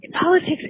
politics